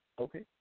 Okay